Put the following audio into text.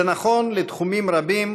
זה נכון לתחומים רבים,